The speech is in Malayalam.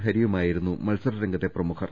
ഹ രിയുമായിരുന്നു മത്സര രംഗത്തെ പ്രമുഖർ